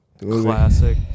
Classic